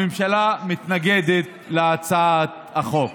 הממשלה מתנגדת להצעת החוק.